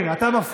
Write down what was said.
כן, אתה מפריע.